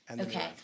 okay